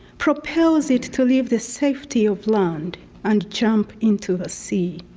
propels it to leave the safety of land and jump into the sea.